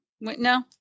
no